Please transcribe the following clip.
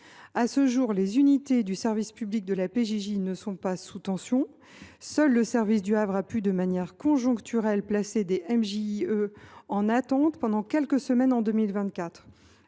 À ce jour, les unités du service public de la PJJ ne sont pas sous tension. Seul le service du Havre a pu, de manière conjoncturelle, mettre en attente des MJIE pendant quelques semaines en 2024.